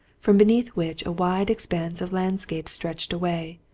from beneath which a wide expanse of landscape stretched away,